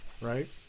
right